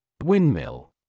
Windmill